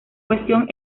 cuestión